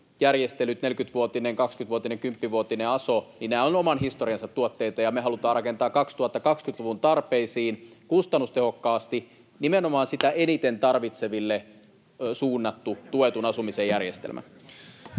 40-vuotinen, 20-vuotinen, 10-vuotinen aso — ovat oman historiansa tuotteita, ja me halutaan rakentaa 2020-luvun tarpeisiin kustannustehokkaasti nimenomaan [Puhemies koputtaa — Aki Lindén: Aina menee